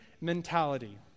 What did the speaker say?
mentality